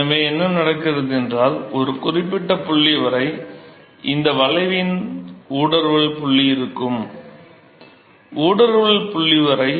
எனவே என்ன நடக்கிறது என்றால் ஒரு குறிப்பிட்ட புள்ளி வரை இந்த வளைவின் ஊடுருவல் புள்ளி இருக்கும் ஊடுருவல் புள்ளி வரை